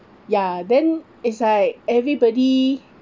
ya then is like everybody